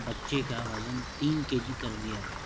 بچے کا وزن تین کے جی کر دیا گیا